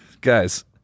Guys